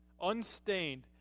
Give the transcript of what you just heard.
unstained